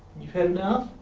you had enough?